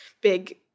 big